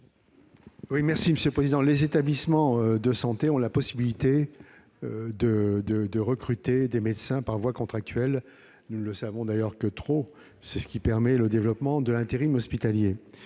Quel est l'avis de la commission ? Les établissements de santé ont la possibilité de recruter des médecins par voie contractuelle. Nous ne le savons d'ailleurs que trop puisque c'est ce qui permet le développement de l'intérim hospitalier.